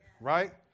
right